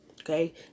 Okay